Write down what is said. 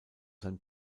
sein